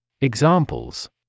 Examples